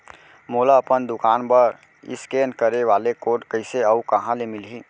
मोला अपन दुकान बर इसकेन करे वाले कोड कइसे अऊ कहाँ ले मिलही?